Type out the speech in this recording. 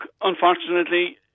unfortunately